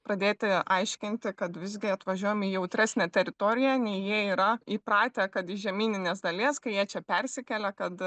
pradėti aiškinti kad visgi atvažiuojam į jautresnę teritoriją nei jie yra įpratę kad iš žemyninės dalies kai jie čia persikelia kad